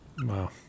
Wow